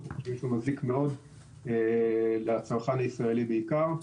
אנחנו חושבים שהוא מזיק מאוד לצרכן הישראלי בעיקר,